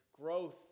growth